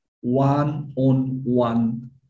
one-on-one